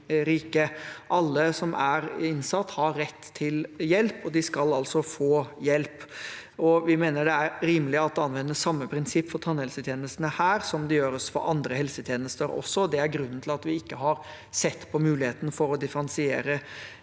Alle som er innsatt, har rett til hjelp, og de skal altså få hjelp. Vi mener det er rimelig at det anvendes samme prinsipp for tannhelsetjenestene her som for andre helsetjenester. Det er grunnen til at vi ikke har sett på muligheten for å differensiere